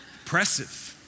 Impressive